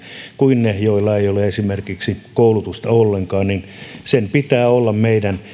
kuin heillä joilla ei ole esimerkiksi koulutusta ollenkaan sen pitää olla meidän